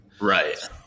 Right